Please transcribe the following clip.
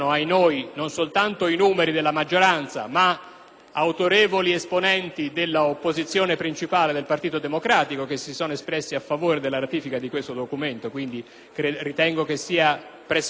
autorevoli esponenti dell'opposizione principale del Partito Democratico che si sono espressi a favore della ratifica di questo documento, per cui penso che sia pressoché impossibile non arrivare alla ratifica oggi.